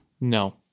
No